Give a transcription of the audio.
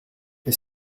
est